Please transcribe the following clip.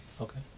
Okay